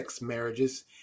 marriages